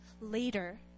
later